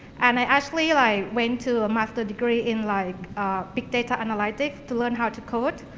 and i actually like went to a master degree in like big data analytics to learn how to code,